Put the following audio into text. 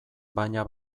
baina